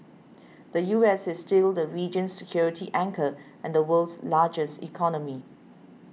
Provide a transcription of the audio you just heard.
the U S is still the region's security anchor and the world's largest economy